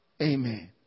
Amen